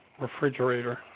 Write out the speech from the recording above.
refrigerator